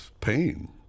pain